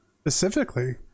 specifically